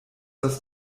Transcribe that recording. das